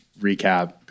recap